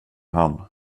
han